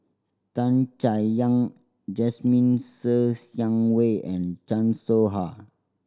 Tan Chay Yan Jasmine Ser Xiang Wei and Chan Soh Ha